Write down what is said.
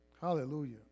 Hallelujah